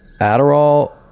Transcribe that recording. Adderall